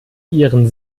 ihren